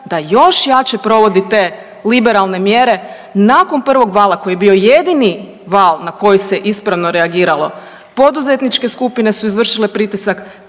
da još jače provodi te liberalne mjere nakon prvog vala koji je bio jedini val na koji se ispravno reagiralo. Poduzetničke skupine su izvršile pritisak,